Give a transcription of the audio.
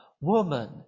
Woman